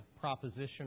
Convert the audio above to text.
proposition